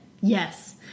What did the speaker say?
Yes